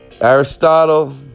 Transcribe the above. Aristotle